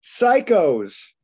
Psychos